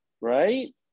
right